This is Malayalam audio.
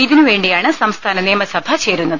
ഇതിനു വേണ്ടിയാണ് സംസ്ഥാന നിയമസഭ ചേരുന്നത്